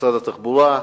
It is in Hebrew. משרד התחבורה,